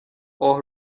اوه